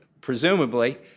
presumably